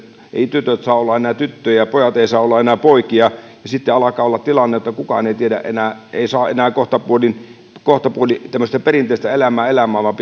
eivät tytöt saa olla enää tyttöjä ja pojat eivät saa olla enää poikia niin alkaa olla tilanne että kukaan ei saa enää kohtapuoliin kohtapuoliin tämmöistä perinteistä elämää elää vaan